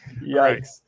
Yikes